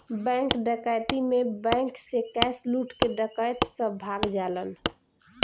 bank डकैती में bank से कैश लूट के डकैत सब भाग जालन